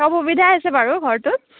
সব সুবিধাই আছে বাৰু ঘৰটোত